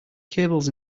cables